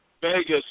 Vegas